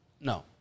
No